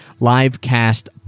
Livecast